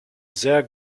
sehr